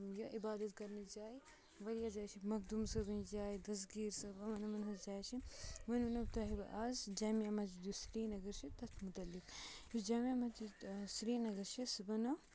یہِ عبادت کرنٕچ جایہِ واریاہ جایہِ چھِ مخدوٗم صٲبٕنۍ جاے دسگیٖر صٲب یِمَن یِمَن ہٕنٛز جایہِ چھِ وۄنۍ وَنو تۄہہِ بہٕ آز جامعہ مسجد یُس سریٖنگر چھِ تَتھ متعلق یُس جامعہ مسجد سریٖنگر چھِ سُہ بنٲو